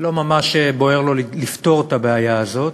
לא ממש בוער לו לפתור את הבעיה הזאת.